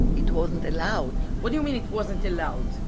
it wasn't allowed what do you mean it wasn't allowed?